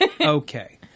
Okay